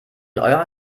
eurer